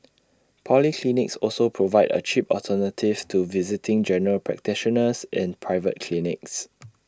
polyclinics also provide A cheap alternative to visiting general practitioners in private clinics